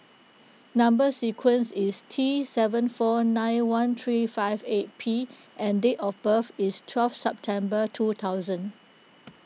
Number Sequence is T seven four nine one three five eight P and date of birth is twelfth September two thousand